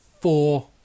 Four